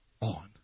on